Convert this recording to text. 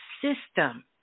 system